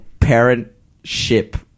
parentship